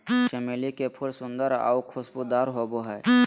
चमेली के फूल सुंदर आऊ खुशबूदार होबो हइ